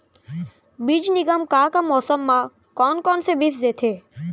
बीज निगम का का मौसम मा, कौन कौन से बीज देथे?